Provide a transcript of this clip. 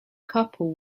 couple